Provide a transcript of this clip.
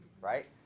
Right